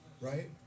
Right